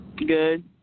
Good